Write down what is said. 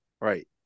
Right